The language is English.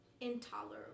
intolerable